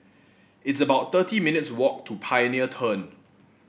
it's about thirty minutes' walk to Pioneer Turn